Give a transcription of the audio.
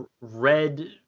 red